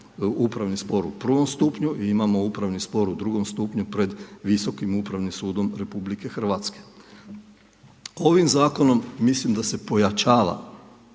upravni spor u prvom stupnju i imamo upravni spor u drugom stupnju pred Visokim upravnim sudom RH. Ovim zakonom mislim da se pojačava